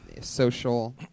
social